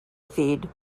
feed